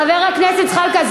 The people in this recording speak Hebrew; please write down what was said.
חבר הכנסת זחאלקה,